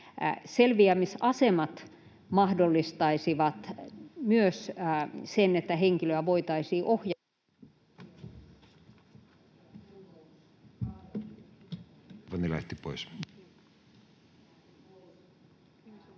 selviämisasemat mahdollistaisivat myös sen, että henkilöä voitaisiin ohjata